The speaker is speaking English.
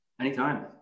Anytime